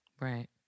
Right